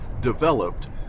developed